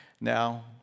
Now